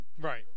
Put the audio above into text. Right